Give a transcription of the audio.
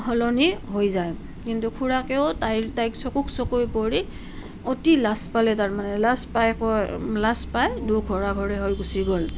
সলনি হৈ যায় কিন্তু খুড়াকেও তাইৰ তাইক চকুক চকু পৰি অতি লাজ পালে তাৰমানে লাজ পাই কৈ লাজ পাই দুয়ো ঘৰা ঘৰি হৈ গুছি গ'ল